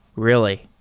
really.